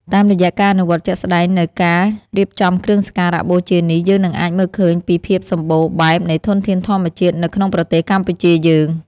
តាមរយៈការអនុវត្តជាក់ស្តែងនូវការរៀបចំគ្រឿងសក្ការបូជានេះយើងនឹងអាចមើលឃើញពីភាពសម្បូរបែបនៃធនធានធម្មជាតិនៅក្នុងប្រទេសកម្ពុជាយើង។